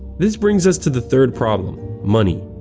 this brings us to the third problem money.